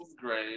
great